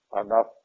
Enough